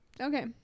Okay